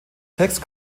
text